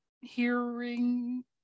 hearing